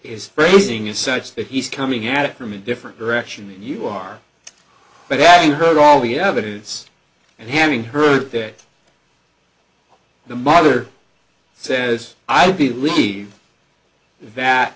phrasing it such that he's coming at it from a different direction than you are but having heard all the evidence and having heard that the mother says i believe that